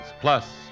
plus